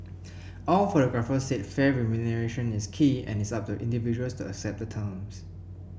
all photographers said fair remuneration is key and it is up to individuals to accept the terms